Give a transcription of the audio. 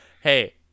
Hey